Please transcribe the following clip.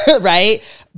right